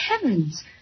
heavens